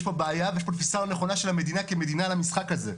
פה בעיה ויש פה תפיסה לא נכונה של המדינה כמדינה למשחק הזה.